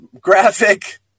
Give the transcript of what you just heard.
graphic